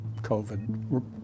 COVID